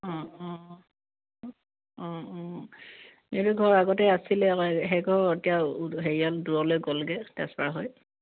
অঁ অঁ অঁ অঁ এইটো ঘৰ আগতে আছিলে আকৌ সেইঘৰ এতিয়া হেৰিয়ালৈ দূৰলৈ গ'লগৈ ট্ৰেন্সফাৰ হৈ